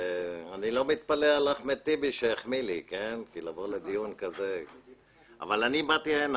אני לא מתפלא על אחמד טיבי שהחמיא לי אבל אני באתי לכאן